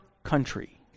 Country